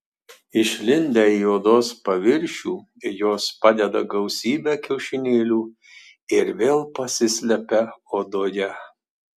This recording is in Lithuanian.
išlindę į odos paviršių jos padeda gausybę kiaušinėlių ir vėl pasislepia odoje